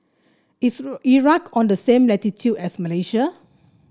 is Iraq on the same latitude as Malaysia